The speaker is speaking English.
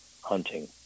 hunting